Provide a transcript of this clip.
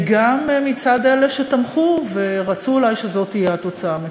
גם מצד אלה שתמכו ורצו אולי שזו תהיה התוצאה.